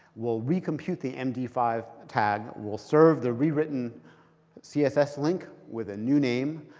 will recompute the m d five tag, will serve the rewritten css link with a new name,